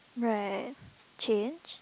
right change